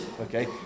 okay